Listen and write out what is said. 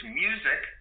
music